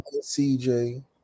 CJ